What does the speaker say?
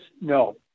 No